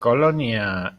colonia